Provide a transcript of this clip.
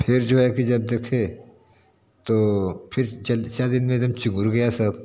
फिर जो है कि जब देखे तो फिर चार दिन में एकदम गया सब